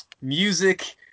music